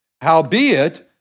Howbeit